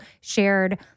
shared